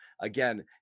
Again